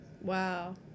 Wow